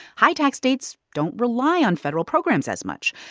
high-tax rates don't rely on federal programs as much.